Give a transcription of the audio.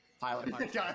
Pilot